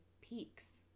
peaks